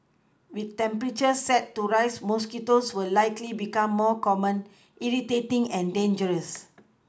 with temperatures set to rise mosquitoes will likely become more common irritating and dangerous